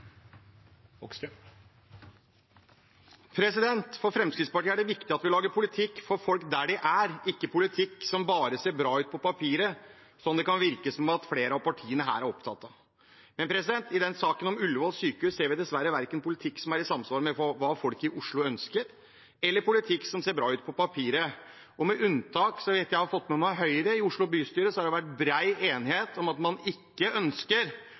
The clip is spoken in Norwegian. ikke politikk som bare ser bra ut på papiret, som det kan virke som at flere av partiene her er opptatt av. Men i saken om Ullevål sykehus ser vi dessverre verken politikk som er i samsvar med hva folk i Oslo ønsker, eller politikk som ser bra ut på papiret. Med unntak av – så vidt jeg har fått med meg – Høyre har det i Oslo bystyre vært bred enighet om at man ikke ønsker